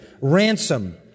ransom